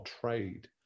trade